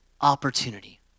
opportunity